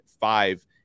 five